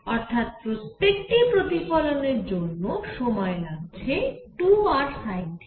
অর্থাৎ প্রত্যেকটি প্রতিফলনের জন্য সময় লাগছে 2rsinθc